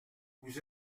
vous